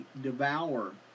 devour